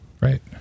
Right